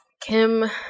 Kim